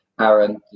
Aaron